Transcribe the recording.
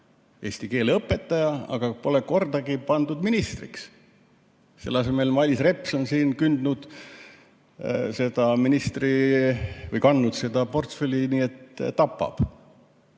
Eesti keele õpetaja, aga pole kordagi pandud ministriks. Selle asemel Mailis Reps on siin kandnud seda ministriportfelli, nii et tapab.